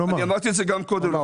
אמרתי את זה גם קודם.